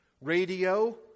radio